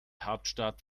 hauptstadt